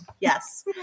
Yes